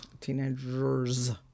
Teenagers